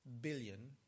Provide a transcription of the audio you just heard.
billion